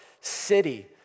city